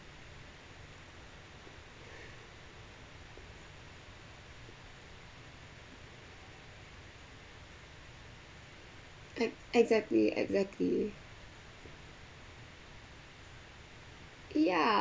ex~ exactly exactly ya